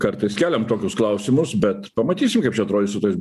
kartais keliam tokius klausimus bet pamatysim kaip čia atrodys su tais